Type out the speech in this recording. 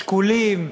שקולים,